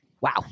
wow